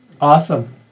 Awesome